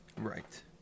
Right